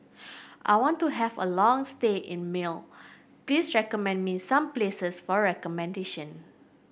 I want to have a long stay in Male please recommend me some places for accommodation